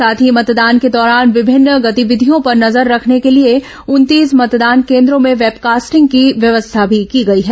साथ ही मतदान के दौरान विभिन्न गतिविधियों पर नजर रखने को लिए उनतीस मतदान केन्द्रों में वेबकास्टिंग की व्यवस्था भी की गई है